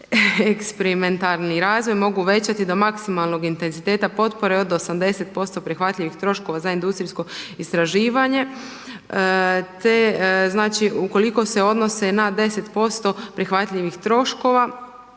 eksperimentalni razvoj mogu uvećati do maksimalnog intenziteta potpore od 80% prihvatljivih troškova za industrijsko istraživanje. Ukoliko se odnose na 10% prihvatljivih troškova